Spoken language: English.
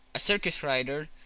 a circus-rider,